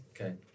Okay